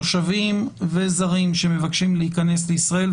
תושבים וזרים שמבקשים להיכנס לישראל,